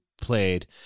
played